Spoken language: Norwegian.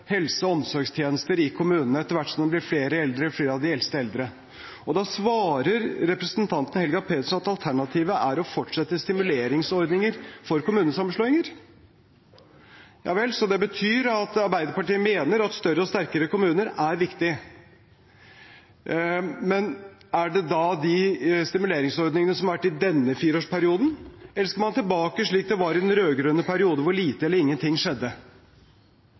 helse- og omsorgstjenester i kommunene etter hvert som det blir flere eldre og flere av de eldste eldre. Da svarer representanten Helga Pedersen at alternativet er å fortsette med stimuleringsordninger for kommunesammenslåinger. Ja vel, så det betyr at Arbeiderpartiet mener at større og sterkere kommuner er viktig. Men er det da snakk om de stimuleringsordningene som har vært i denne fireårsperioden, eller skal man tilbake til slik det var i den rød-grønne perioden, da lite eller ingenting skjedde?